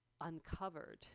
uncovered